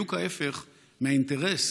בדיוק ההפך מהאינטרס,